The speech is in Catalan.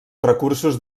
recursos